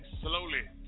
slowly